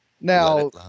now